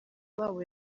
wabo